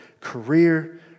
career